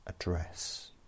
address